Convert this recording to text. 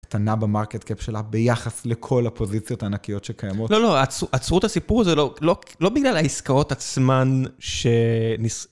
קטנה במרקט קאפ שלה ביחס לכל הפוזיציות הענקיות שקיימות. לא, לא, עצרו את הסיפור הזה, לא בגלל העסקאות עצמן שנס…